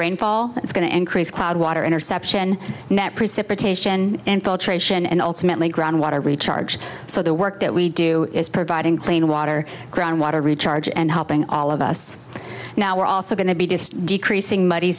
rainfall it's going to increase cloud water interception net precipitation infiltration and ultimately ground water recharge so the work that we do is providing clean water groundwater recharge and helping all of us now we're also going to be just decreasing muddy